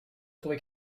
trouvé